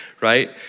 right